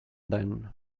then